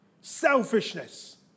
Selfishness